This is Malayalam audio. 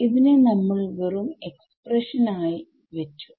ഇതിനെ നമ്മൾ വെറും എക്സ്പ്രഷൻ ആയി വെച്ചു